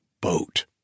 boat